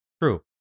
True